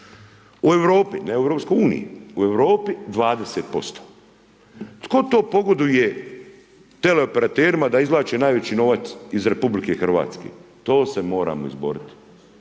U Europi, ne u Europskoj uniji, u Europi 20%. Tko to pogoduje tele operaterima da izvlače najveći novac iz Republike Hrvatske? To se moramo izboriti,